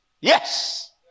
Yes